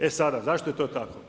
E sada, zašto je to tako?